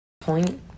point